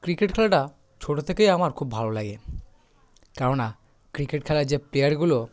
cricket খেলাটা ছোটো থেকেই আমার খুব ভালো লাগে কেননা ক্রিকেট খেলার যে প্লেয়ারগুলো